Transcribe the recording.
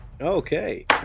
Okay